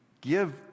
give